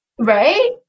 Right